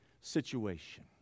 situation